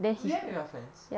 you went with your friends